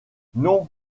non